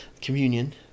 communion